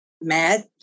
mad